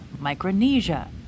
Micronesia